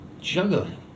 Juggling